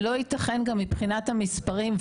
זה לא ייתכן, גם, מבחינת המספרים.